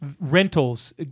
rentals